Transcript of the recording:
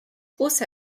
also